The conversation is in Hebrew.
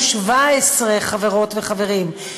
חברות וחברים.